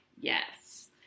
yes